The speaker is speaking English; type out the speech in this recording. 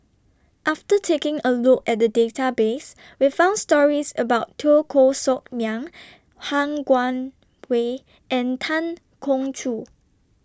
after taking A Look At The Database We found stories about Teo Koh Sock Miang Han Guangwei and Tan Keong Choon